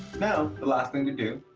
now, the last thing to do,